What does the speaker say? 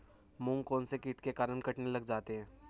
मूंग कौनसे कीट के कारण कटने लग जाते हैं?